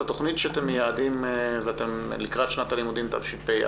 את התוכנית שאתם מייעדים לקראת שנת הלימודים תשפ"א,